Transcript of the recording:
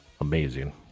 Amazing